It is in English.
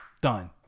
Done